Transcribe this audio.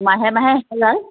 মাহে মাহে লয়